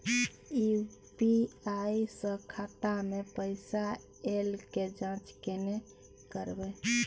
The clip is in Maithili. यु.पी.आई स खाता मे पैसा ऐल के जाँच केने करबै?